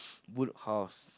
boot house